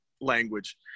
language